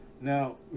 now